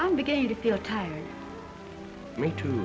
i'm beginning to feel tired me too